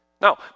Now